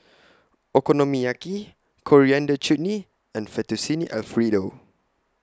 Okonomiyaki Coriander Chutney and Fettuccine Alfredo